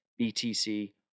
BTC